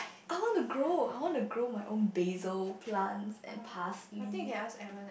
I want to grow I want to grow my own basil plant and parsley